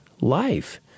life